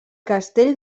castell